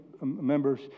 members